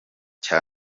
cya